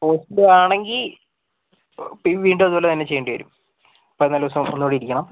positive ആണെങ്കിൽ വീണ്ടും അതുപോലെ തന്നെ ചെയ്യേണ്ടി വരും പതിനാല് ദിവസം ഒന്നുകൂടെ ഇരിക്കണം